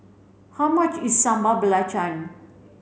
how much is Sambal